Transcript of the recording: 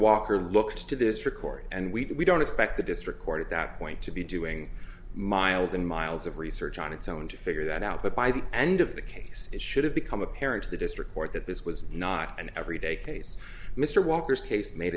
walker looked to this record and we don't expect the district court at that point to be doing miles and miles of research on its own to figure that out but by the end of the case it should have become apparent to the district court that this was not an every day case mr walker's case made